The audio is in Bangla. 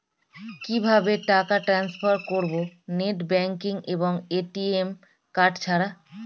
কিভাবে টাকা টান্সফার করব নেট ব্যাংকিং এবং এ.টি.এম কার্ড ছাড়া?